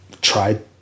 tried